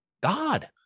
God